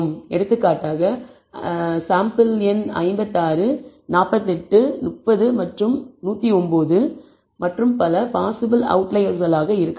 எடுத்துக்காட்டாக 56 சாம்பிள் எண் 48 சாம்பிள் எண் 30 மற்றும் 109 மற்றும் பல பாசிபிள் அவுட்லயர்ஸ்களாக இருக்கலாம்